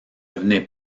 venez